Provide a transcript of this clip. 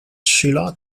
sheila